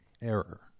error